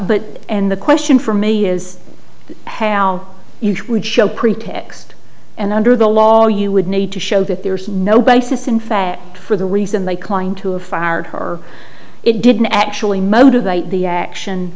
but and the question for me is how each would show pretext and under the law you would need to show that there is no basis in fact for the reason they cling to a fired her it didn't actually motivate the action